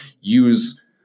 use